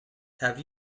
have